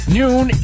noon